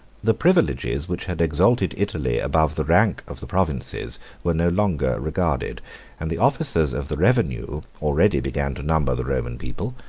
the privileges which had exalted italy above the rank of the provinces were no longer regarded and the officers of the revenue already began to number the roman people,